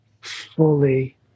fully